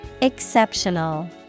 Exceptional